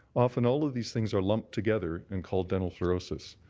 often all of these things are lumped together and called dental fluorosis.